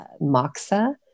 Moxa